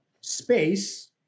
space